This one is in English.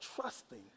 trusting